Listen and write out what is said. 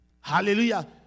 Hallelujah